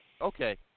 Okay